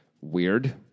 Weird